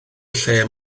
lle